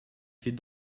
fait